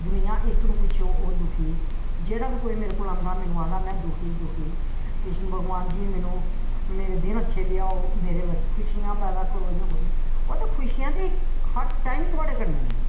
दुनियां इक नू पुच्छो ओह् दखी जेहड़ा बी मेरे कोल आंदा मैनू आखदा में दुखी दुखी कृष्ण भगवान जी मैनू मेरे दिन अच्छे लेआओ मेरे बास्तै खुशियां पैदा करो ओह् ते खुशियां ते इक हर टाइम तोआड़े कन्नै न